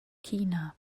china